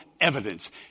evidence